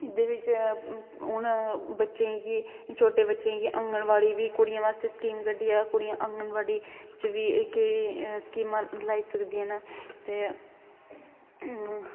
उंदे बिच हून बच्चे गी छोटे बच्चे गी आंगनबाॅडी बी कुडि़यै बास्तै स्कीम कड्ढी ऐ कुड़ियां आगंनबाॅडी च बी कोई स्कीमां लाई सकदियां ना ते